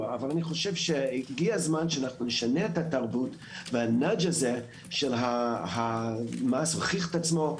אבל הגיע הזמן שנשנה את התרבות וה- -- הוכיח את עצמו.